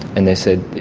and they said,